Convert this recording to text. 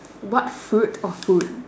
what food or food